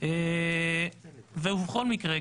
בכל מקרה,